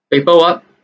paper what